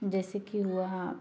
जैसे कि हुआ